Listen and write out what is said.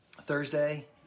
Thursday